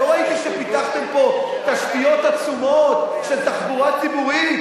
לא ראיתי שפיתחתם פה תשתיות עצומות של תחבורה ציבורית,